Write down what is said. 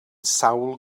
sawl